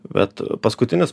bet paskutinis